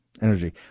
Energy